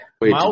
Wait